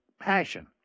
passion